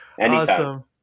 awesome